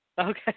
Okay